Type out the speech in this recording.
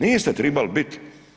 Niste tribali biti.